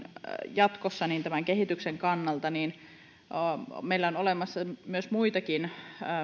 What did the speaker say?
jatkossa tämän kehityksen kannalta kun meillä on olemassa muitakin